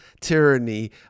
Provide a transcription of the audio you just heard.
tyranny